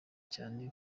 cyane